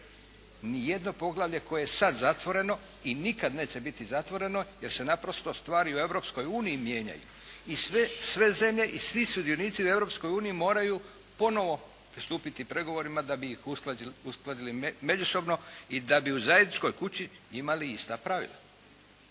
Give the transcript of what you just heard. Nijedno poglavlje koje je sad zatvoreno i nikad neće biti zatvoreno jer se naprosto stvari u Europskoj uniji mijenjaju. I sve zemlje i svi sudionici u Europskoj uniji moraju ponovo pristupiti pregovorima da bi ih uskladili međusobno i da bi u zajedničkoj kući imali ista pravila.